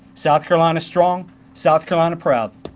south carolina's strong south carolina's proud.